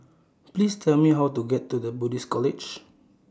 Please Tell Me How to get to The Buddhist College